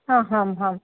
हा हां हाम्